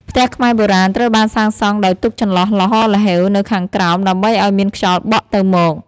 ផ្ទះខ្មែរបុរាណត្រូវបានសាង់សង់ដោយទុកចន្លោះល្ហល្ហេវនៅខាងក្រោម ដើម្បីឱ្យមានខ្យល់បក់ទៅមក។